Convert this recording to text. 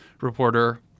reporter